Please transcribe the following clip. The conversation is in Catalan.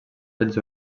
fets